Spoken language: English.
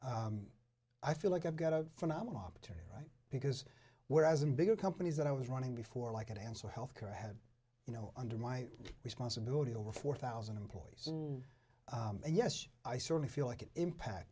group i feel like i've got a phenomenal opportunity right because whereas in bigger companies that i was running before like it and so healthcare i had you know under my responsibility over four thousand employees and yes i certainly feel like it impact